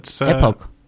Epoch